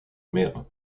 mère